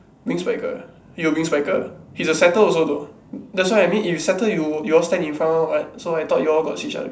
wing spiker you a wing spiker he's a setter also though that's why I mean if you setter you you all stand in front one [what] so I thought you all got see each other before